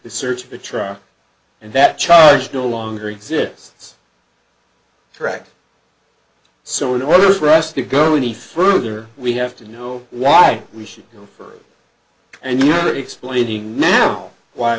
the search of the truck and that charge no longer exists correct so in order for us to go any further we have to know why we should go further and you are explaining why